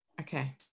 Okay